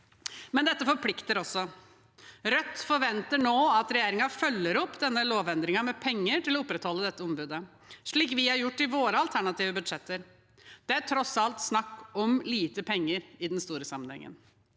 Dette forplikter også. Rødt forventer nå at regjeringen følger opp denne lovendringen med penger til å opprette dette ombudet, slik vi har gjort i våre alternative budsjetter. Det er tross alt snakk om lite penger i den store sammenhengen.